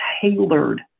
tailored